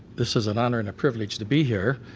this is an honor and a privilege to be here.